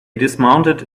dismounted